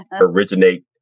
originate